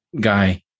guy